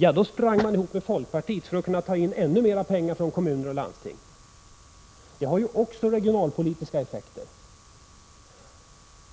Ja, då sprang de ihop med folkpartiet för att kunna ta in ännu mera pengar från kommuner och landsting. Det har också regionalpolitiska effekter.